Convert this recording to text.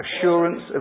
assurance